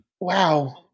Wow